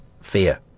fear